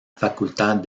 facultad